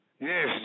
Yes